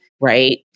right